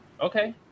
Okay